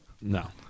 No